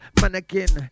mannequin